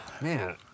man